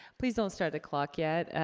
please don't start the clock yet,